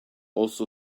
also